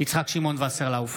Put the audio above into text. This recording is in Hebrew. יצחק שמעון וסרלאוף,